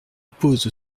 pose